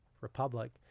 republic